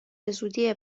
بزودی